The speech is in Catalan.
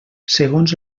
segons